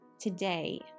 Today